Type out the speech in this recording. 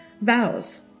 vows